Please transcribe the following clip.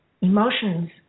emotions